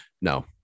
No